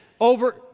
over